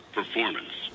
performance